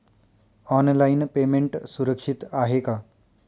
Online payment सुरक्षित आहे का?